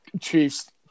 Chiefs